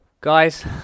Guys